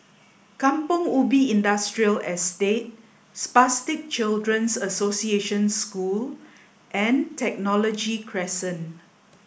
Kampong Ubi Industrial Estate Spastic Children's Association School and Technology Crescent